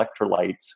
electrolytes